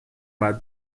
باید